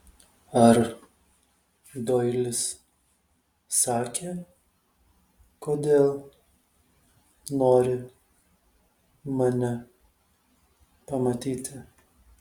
ar doilis sakė kodėl nori mane pamatyti